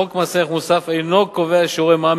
חוק מס ערך מוסף אינו קובע שיעורי מע"מ